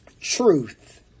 Truth